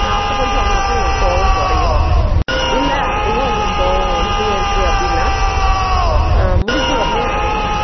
அப்போ கொஞ்சம் அவங்களுக்கு கோவம் குறையும் இல்லை அப்பையும் அவங்களுக்கு கோவம் வந்துகிட்டே இருக்கு அப்படின்னா முடிஞ்ச வரைலியும்